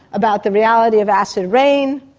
about the reality of acid rain,